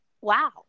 wow